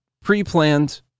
pre-planned